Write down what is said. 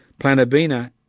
Planobina